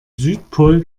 südpol